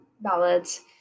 ballads